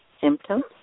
symptoms